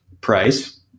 price